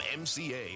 MCA